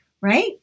Right